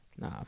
Nah